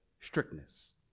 strictness